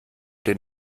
den